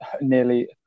nearly